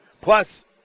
Plus